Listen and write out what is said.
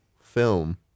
film